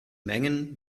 mengen